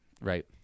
right